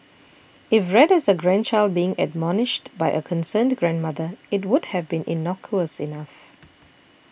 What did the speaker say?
if read as a grandchild being admonished by a concerned grandmother it would have been innocuous enough